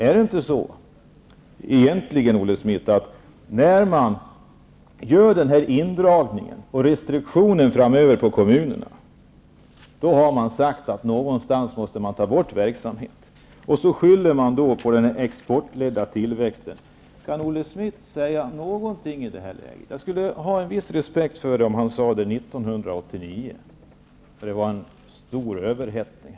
Är det inte så, Olle Schmidt, att man i och med att man framöver genomför den här indragningen och restriktionen gentemot kommunerna, samtidigt säger att man någonstans måste ta bort verksamhet? Sedan skyller man på den exportledda tillväxten. Kan Olle Schmidt säga någonting i det här läget? Jag skulle ha en viss respekt för om Olle Schmidt hade sagt detta 1989, när det rådde en stor överhettning.